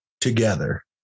together